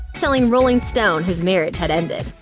telling rolling stone his marriage had ended.